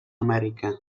amèrica